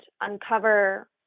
uncover